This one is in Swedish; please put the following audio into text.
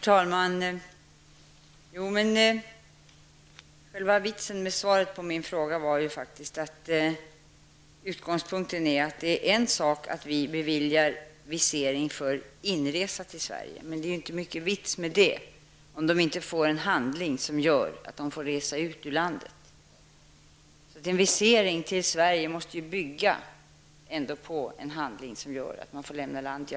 Herr talman! Det är en sak att vi beviljar visering för inresa till Sverige, men det är inte mycket vits med en sådan visering om inte ungdomarna kan visa upp en handling som medger att de får resa ut ur hemlandet. En visering till Sverige måste ju ändå bygga på en handling som medger att ungdomarna får lämna sitt land.